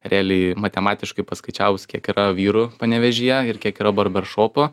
realiai matematiškai paskaičiavus kiek yra vyrų panevėžyje ir kiek yra barberšopų